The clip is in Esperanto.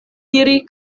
diri